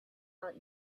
not